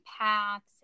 paths